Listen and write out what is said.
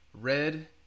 Red